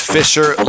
Fisher